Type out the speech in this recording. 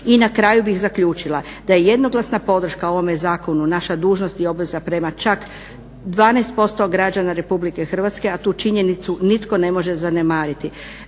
I na kraju bih zaključila da je jednoglasna podrška ovome zakonu naša dužnost i obveza prema čak 12% građana RH a tu činjenicu nitko ne može zanemariti